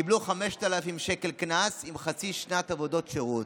קיבלו 5,000 שקלים קנס עם חצי שנת עבודות שירות,